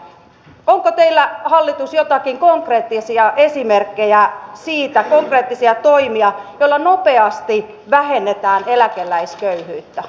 onko teillä hallitus joitakin esimerkkejä konkreettisista toimista joilla nopeasti vähennetään eläkeläisköyhyyttä